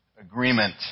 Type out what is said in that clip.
agreement